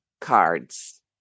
cards